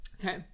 okay